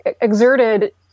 exerted